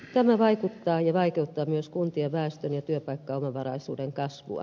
tämä vaikeuttaa myös kuntien väestön ja työpaikkaomavaraisuuden kasvua